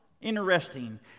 Interesting